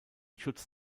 schutz